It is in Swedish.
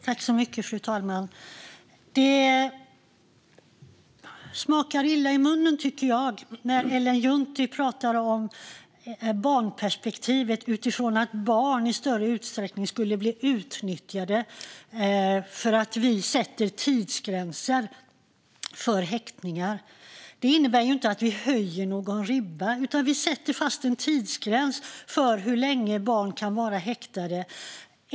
Fru talman! Det smakar illa i munnen när Ellen Juntti pratar om barnperspektivet utifrån att barn i större utsträckning skulle bli utnyttjade för att vi sätter tidsgränser för häktning. Det innebär inte att vi höjer någon ribba, utan vi fastställer en tidsgräns för hur länge barn kan vara häktade.